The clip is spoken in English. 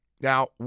Now